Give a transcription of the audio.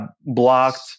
blocked